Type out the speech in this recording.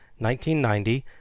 1990